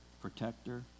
protector